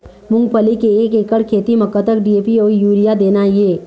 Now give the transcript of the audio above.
मूंगफली के एक एकड़ खेती म कतक डी.ए.पी अउ यूरिया देना ये?